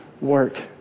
work